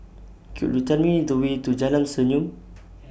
Could YOU Tell Me The Way to Jalan Senyum